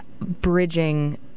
bridging